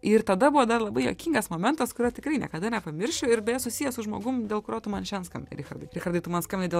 ir tada buvo dar labai juokingas momentas kurio tikrai niekada nepamiršiu ir beje susiję su žmogum dėl kurio tu man šian skambinai richardai richardai tu man skambinai dėl